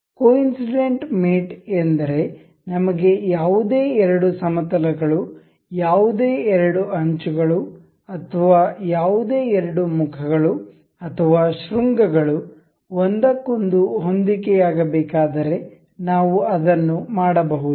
coincident mate ಎಂದರೆ ನಮಗೆ ಯಾವುದೇ ಎರಡು ಸಮತಲಗಳು ಯಾವುದೇ ಎರಡು ಅಂಚುಗಳು ಅಥವಾ ಯಾವುದೇ ಎರಡು ಮುಖಗಳು ಅಥವಾ ಶೃಂಗಗಳು ಒಂದಕ್ಕೊಂದು ಹೊಂದಿಕೆಯಾಗಬೇಕಾದರೆ ನಾವು ಅದನ್ನು ಮಾಡಬಹುದು